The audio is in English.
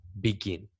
begin